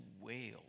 wail